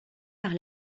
par